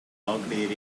locked